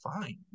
fine